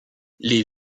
les